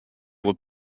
were